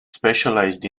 specialized